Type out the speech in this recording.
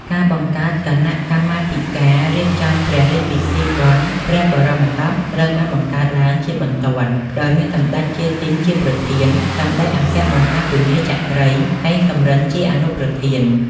ការបង្កើតគណៈកម្មាធិការរៀបចំព្រះរាជពិធីបុណ្យព្រះបរមសព ត្រូវបានបង្កើតឡើងជាបន្ទាន់ដោយមានសម្តេច ជា ស៊ីម ជាប្រធាន សម្តេចអគ្គមហាពញាចក្រី ហេង សំរិន ជាអនុប្រធាន ។